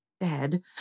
dead